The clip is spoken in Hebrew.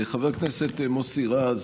חבר הכנסת מוסי רז,